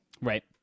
Right